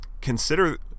consider